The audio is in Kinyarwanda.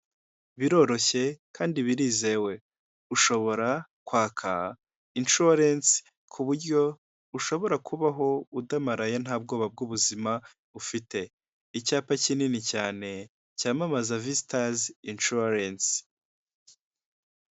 Biroroshye kandi birizewe ushobora kwaka inshuwarensi ku buryo ushobora kubaho udamaraye nta bwoba bw'ubuzima ufite, icyapa kinini cyane cyamamaza vizitazi inshuwarensi.